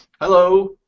Hello